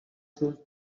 choose